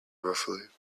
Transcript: roughly